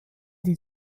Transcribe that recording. die